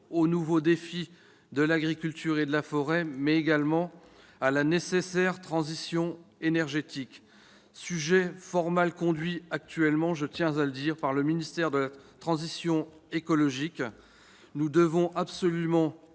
aux nouveaux défis de l'agriculture et de la forêt, mais également à la nécessaire transition énergétique, un domaine fort mal accompagné actuellement, je tiens à le dire, par le ministère de la transition écologique. Nous devons absolument